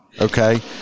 okay